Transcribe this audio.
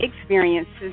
Experiences